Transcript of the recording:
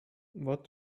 what